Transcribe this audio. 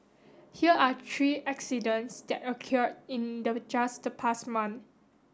here are three accidents that occurred in the just the past month